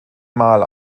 mal